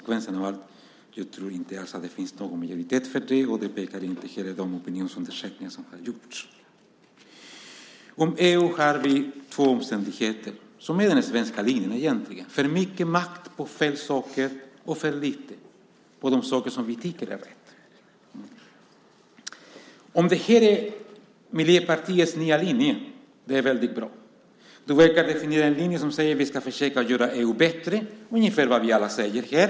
Jag tror inte alls att det finns någon majoritet för det, och det pekar inte heller de opinionsundersökningar som har gjorts på. När det gäller EU gäller två omständigheter, som egentligen finns med i den svenska linjen: för mycket makt beträffande fel saker och för lite beträffande de saker som vi tycker är rätt. Om det här är Miljöpartiets nya linje är det väldigt bra. Du verkar representera en linje som säger: Vi ska försöka göra EU bättre. Det är ungefär vad vi alla säger här.